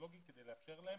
טכנולוגי כדי לאפשר להם